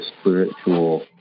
spiritual